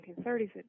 1930s